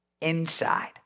inside